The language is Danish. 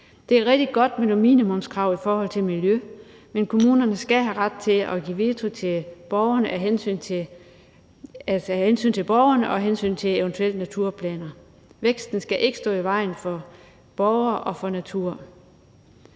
Det er rigtig godt med nogle minimumskrav i forhold til miljø, men kommunerne skal have ret til at nedlægge veto af hensyn til borgerne og af hensyn til eventuelle naturplaner. Væksten skal ikke stå i vejen for hensynet